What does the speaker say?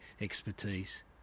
expertise